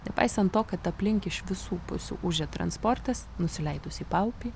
nepaisant to kad aplink iš visų pusių ūžia transportas nusileidus į paupį